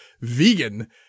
vegan